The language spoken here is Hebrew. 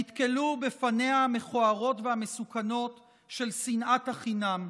נתקלו בפניה המכוערות והמסוכנות של שנאת החינם.